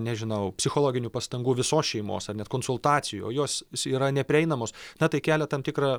nežinau psichologinių pastangų visos šeimos ar net konsultacijų o jos yra neprieinamos na tai kelia tam tikrą